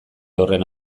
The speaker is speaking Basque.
horren